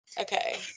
okay